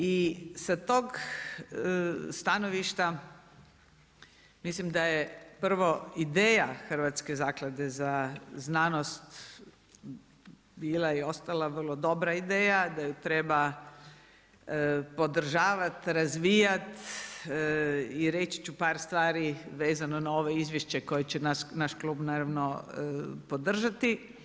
I sa tog stanovišta mislim da je prvo ideja Hrvatske zaklade za znanost bila i ostala vrlo dobra ideja, da ju treba podržavati, razvijati i reći ću par stvari vezano na ovo izvješće koje će naš klub naravno, podržati.